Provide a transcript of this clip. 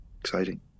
exciting